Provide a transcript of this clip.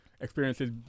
experiences